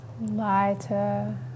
lighter